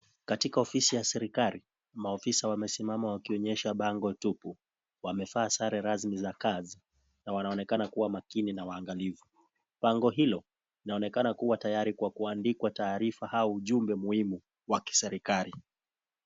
Katika ofisi ya serikali ofisa wamesimama wakionyesha bango tupu